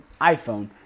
iPhone